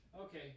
Okay